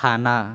Ghana